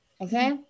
Okay